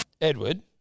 Edward